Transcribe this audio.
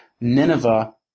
Nineveh